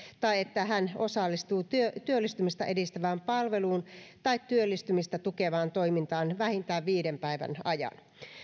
tai että hän osallistuu työllistymistä edistävään palveluun tai työllistymistä tukevaan toimintaan vähintään viiden päivän ajan